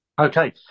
Okay